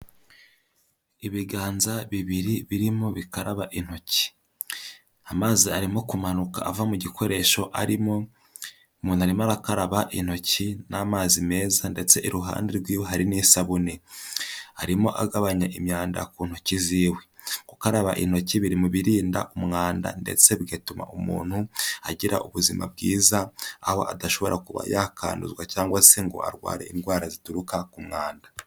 Ibiganza bibiri birimo bikaraba intoki. Amazi arimo kumanuka ava mu gikoresho arimo, umuntu arimo arakaraba intoki n'amazi meza ndetse iruhande rwiwe hari n'isabune. Arimo agabanya imyanda ku ntoki ziwe. Gukaraba intoki biri mu birinda umwanda ndetse bigatuma umuntu agira ubuzima bwiza, aho adashobora kuba yakwanduzwa cyangwa se ngo arware indwara zituruka ku mwanda.